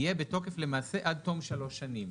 יהיה בתוקף למעשה עד תום שלוש שנים,